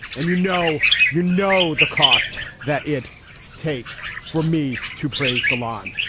and you know you know the cost that it takes for me to praise salon.